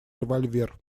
револьвер